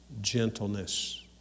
gentleness